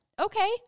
Okay